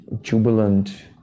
jubilant